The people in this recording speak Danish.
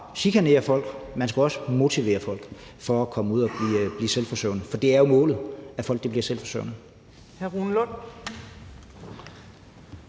bare at chikanere folk, man skal også motivere folk til at komme ud og blive selvforsørgende, for det er jo målet, at folk bliver selvforsørgende.